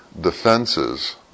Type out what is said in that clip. defenses